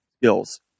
skills